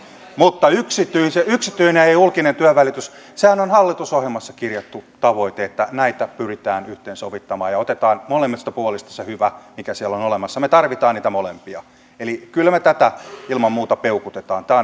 mutta yksityinen ja ja julkinen työnvälitys sehän on hallitusohjelmassa kirjattu tavoite että näitä pyritään yhteensovittamaan ja otetaan molemmista puolista se hyvä mikä siellä on olemassa me tarvitsemme niitä molempia kyllä me tätä ilman muuta peukutamme